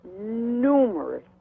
numerous